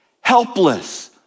helpless